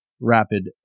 rapid